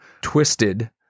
twisted